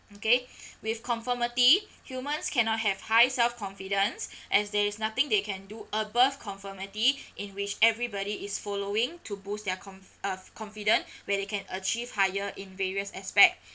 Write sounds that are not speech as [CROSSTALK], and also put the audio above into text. okay [BREATH] with conformity humans cannot have high self confidence [BREATH] as there is nothing they can do above conformity [BREATH] in which everybody is following to boost their con~ uh confidence [BREATH] where they can achieve higher in various aspect